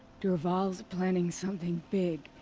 dervahl's planning something big.